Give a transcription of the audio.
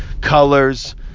colors